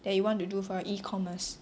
that you want to do for your E commerce